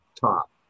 top